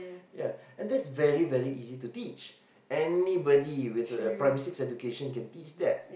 yeah and that's very very easy to teach anybody with a Primary six education can teach that